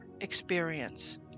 experience